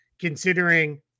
considering